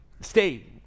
Stay